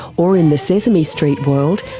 or, in the sesame street world,